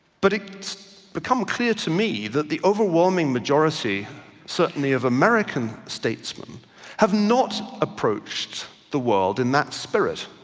but it's become clear to me that the overwhelming majority certainly of american statesman have not approached the world in that spirit.